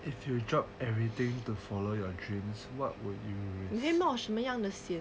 if you drop everything to follow your dreams what would you risk